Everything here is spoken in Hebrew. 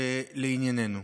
ולענייננו.